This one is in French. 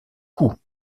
coût